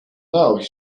know